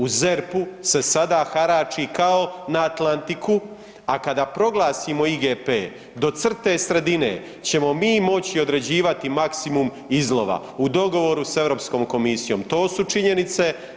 U ZERP-u se sada harači kao na Atlantiku, a kada proglasimo IGP do crte sredine ćemo mi moći određivati maksimum izlova u dogovoru s Europskom komisijom, to su činjenice.